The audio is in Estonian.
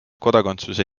kodakondsuse